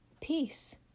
Peace